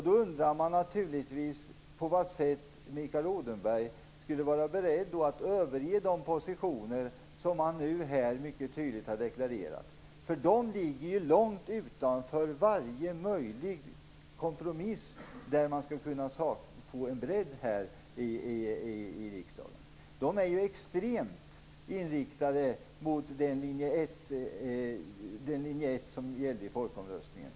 Då undrar man naturligtvis på vilket sätt Mikael Odenberg skulle vara beredd att överge de positioner som han mycket tydligt har deklarerat här. De ligger ju långt utanför varje möjlig kompromiss för att kunna få en bredd här i riksdagen. De är ju extremt inriktade mot linje 1 i folkomröstningen.